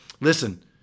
Listen